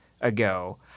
ago –